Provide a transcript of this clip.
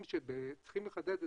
אלה דברים שצריך לחדד.